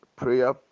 prayer